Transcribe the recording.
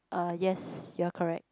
uh yes you are correct